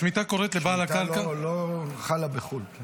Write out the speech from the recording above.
השמיטה קוראת לבעל הקרקע --- שמיטה לא חלה בחו"ל.